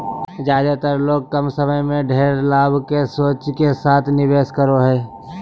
ज्यादेतर लोग कम समय में ढेर लाभ के सोच के साथ निवेश करो हइ